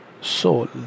soul